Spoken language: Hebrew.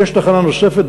ויש תחנה נוספת,